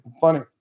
Funny